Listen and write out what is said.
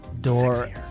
door